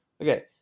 Okay